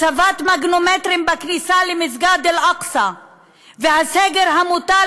הצבת מגנומטרים בכניסה למסגד אל-אקצא והסגר המוטל